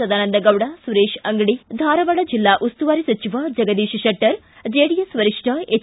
ಸದಾನಂದಗೌಡ ಸುರೇಶ್ ಅಂಗಡಿ ಧಾರವಾಡ ಜಿಲ್ಲಾ ಉಸ್ತುವಾರಿ ಸಚಿವ ಜಗದೀಶ್ ಶೆಟ್ಟರ್ ಜೆಡಿಎಸ್ ವರಿಷ್ಠ ಎಚ್